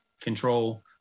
control